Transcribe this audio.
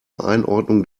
einordnung